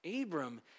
Abram